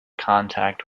contact